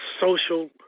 social